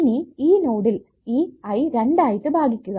ഇനി ഈ നോഡിൽ ഈ I രണ്ടായിട്ടു ഭാഗിക്കുക